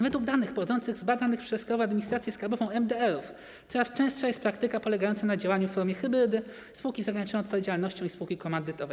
Według danych pochodzących z badanych przez Krajową Administrację Skarbową MDR-ów coraz częstsza jest praktyka polegająca na działaniu w formie hybrydy spółki z ograniczoną odpowiedzialnością i spółki komandytowej.